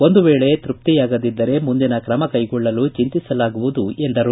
ಒಂದು ವೇಳೆ ನಿಮಗೆ ತ್ಯಪ್ತಿಯಾಗದಿದ್ದರೆ ಮುಂದಿನ ಕ್ರಮ ಕೈಗೊಳ್ಳಲು ಚಿಂತಿಸಲಾಗುವುದು ಎಂದರು